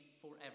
forever